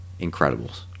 Incredibles